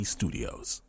Studios